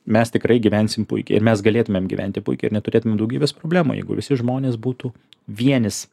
mes tikrai gyvensim puikiai ir mes galėtumėm gyventi puikiai ir neturėtumėm daugybės problemų jeigu visi žmonės būtų vienis